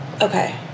Okay